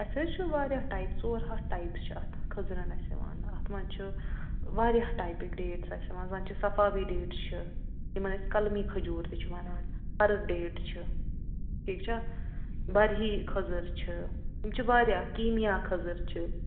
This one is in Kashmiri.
اَسہِ حظ چھِ واریاہ ٹایِپ ژور ہَتھ ٹایِپ چھِ اَتھ خٔزٕرَن اَسہِ یِوان اَتھ منٛز چھِ واریاہ ٹایپٕکۍ ڈیٹٕس اَسہِ یِوان زَن چھِ صفاوی ڈیٹٕس چھِ یِمَن أسۍ کلمی کھجوٗر تہِ چھِ وَنان أرٕت ڈیٹ چھِ ٹھیٖک چھا بَرہی خٔزٕر چھِ یِم چھِ واریاہ کیٖمِیا خٔزٕر چھِ